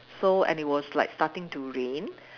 so and it was like starting to rain